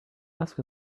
ask